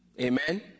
Amen